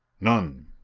none!